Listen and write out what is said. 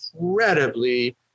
incredibly